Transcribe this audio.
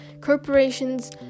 corporations